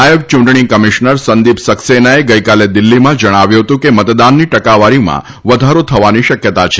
નાયબ યુંટણી કમિશ્નર સંદીપ સકસેનાએ ગઇકાલે દિલ્હીમાં જણાવ્યું હતું કે મતદાનની ટકાવારીમાં વધારો થવાની શકયતા છે